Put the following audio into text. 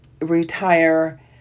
retire